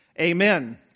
amen